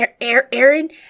Aaron